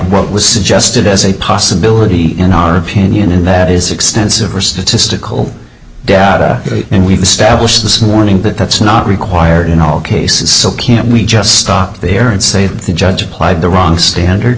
what was suggested as a possibility in our opinion and that is extensive for statistical data and we've established this morning that that's not required in all cases so can we just stop here and say that the judge applied the wrong standard